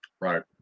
Right